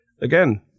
again